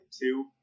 two